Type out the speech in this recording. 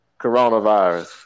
coronavirus